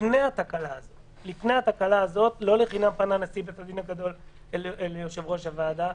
לפני התקלה הזאת פנה נשיא בית-הדין הגדול ליושב-ראש הוועדה.